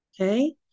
Okay